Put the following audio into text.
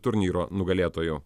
turnyro nugalėtoju